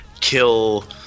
kill